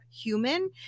human